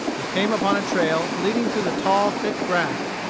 they came upon a trail leading through the tall, thick grass.